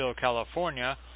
California